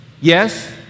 yes